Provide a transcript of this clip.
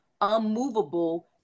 unmovable